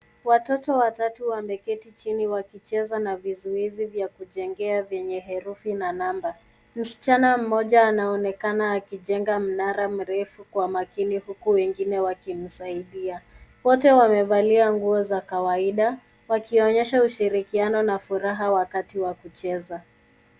Watoto watatu wameketi chini wakicheza na vizuizi vya kujengea vyenye herufi na namba. Msichana mmoja anaonekana akijenga mnara mrefu kwa makini huku wengine wakimsaidia. Wote wamevalia nguo za kawaida wakionyesha ushirikiano na furaha wakati wa kucheza.